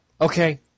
Okay